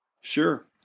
sure